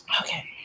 okay